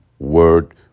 word